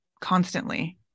constantly